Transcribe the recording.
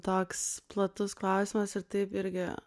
toks platus klausimas ir taip irgi